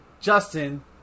Justin